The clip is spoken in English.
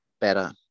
better